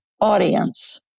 audience